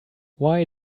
why